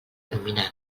dominant